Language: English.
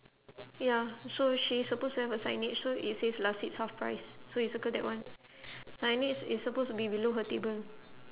ya so she's supposed to have a signage so it says last seats half price so you circle that one signage is supposed to be below her table